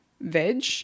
veg